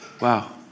Wow